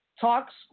talks